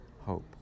hope